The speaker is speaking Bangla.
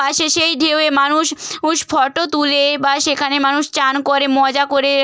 আসে সেই ঢেউয়ে মানুষ উস ফটো তোলে বা সেখানে মানুষ চান করে মজা করে